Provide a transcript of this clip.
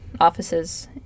offices